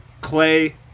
Clay